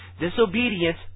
disobedience